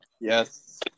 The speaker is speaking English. Yes